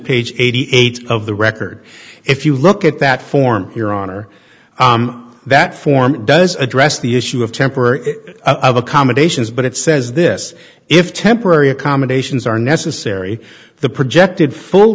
page eighty eight of the record if you look at that form your honor that form does address the issue of temporary accommodations but it says this if temporary accommodations are necessary the projected full